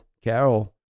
Carol